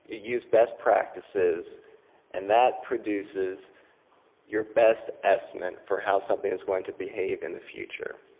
you use best practices and that produces your best estimate for how something is going to behave in the future.